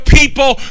people